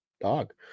dog